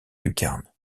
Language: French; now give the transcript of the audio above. lucarnes